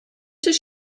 does